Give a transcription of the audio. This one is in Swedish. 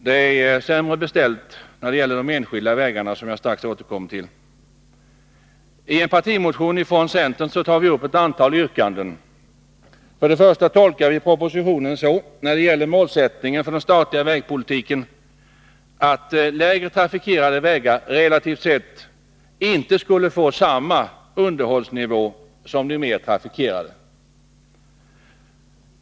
Det är sämre beställt när det gäller de enskilda vägarna, något som jag strax skall återkomma till. I en partimotion från centern tar vi upp ett antal yrkanden. Vi tolkar propositionen så när det gäller målsättningen för den statliga vägpolitiken att mindre trafikerade vägar relativt sett inte skulle få samma underhållsnivå som de mera trafikerade.